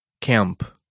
Camp